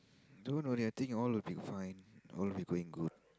don't worry I think all will be fine all will be going good